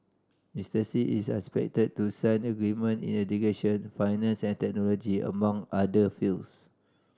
Mister Xi is expected to sign agreement in education finance and technology among other fields